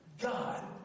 God